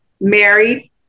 married